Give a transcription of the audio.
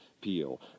Peel